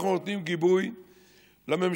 אנחנו נותנים גיבוי לממשלה,